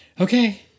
Okay